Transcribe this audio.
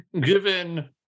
Given